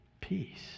peace